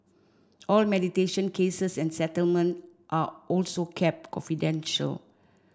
all mediation cases and settlement are also kept confidential